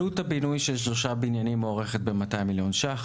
עלות הבינוי של שלושה בניינים מוערכת ב-200 מיליון שקלים.